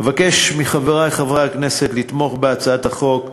אבקש מחברי חברי הכנסת לתמוך בהצעת החוק.